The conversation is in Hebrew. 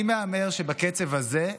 אני מהמר שבקצב הזה,